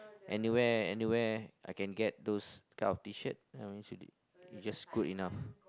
anywhere anywhere I can get those type of T-shirt you know what I mean it it's just good enough